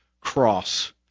Cross